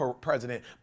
President